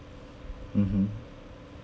mmhmm